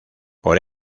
por